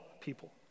people